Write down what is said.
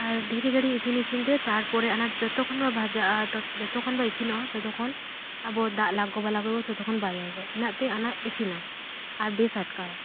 ᱟᱨ ᱰᱷᱮᱨ ᱜᱷᱟᱹᱲᱤᱡ ᱤᱥᱤᱱ ᱤᱥᱤᱱ ᱛᱮ ᱛᱟᱨᱯᱚᱨᱮ ᱚᱱᱟ ᱡᱚᱛᱚ ᱠᱷᱚᱡ ᱚᱱᱟ ᱵᱷᱟᱡᱟᱜᱼᱟ ᱡᱚᱛᱚ ᱠᱷᱚᱱ ᱵᱟᱝ ᱤᱥᱤᱱᱚᱜᱼᱟ ᱛᱚᱛᱚ ᱠᱷᱚᱱ ᱟᱵᱚ ᱫᱟᱜ ᱞᱟᱜᱟᱣ ᱵᱟᱞᱣ ᱠᱚᱫᱚ ᱛᱚᱛᱚ ᱠᱷᱚᱱ ᱵᱟᱭᱟᱭ ᱵᱚ ᱤᱱᱟᱹᱜᱛᱮ ᱚᱱᱟ ᱤᱥᱤᱱᱟ ᱟᱨ ᱵᱮᱥ ᱟᱴᱠᱟᱨᱟ